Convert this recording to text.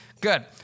Good